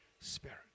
Spirit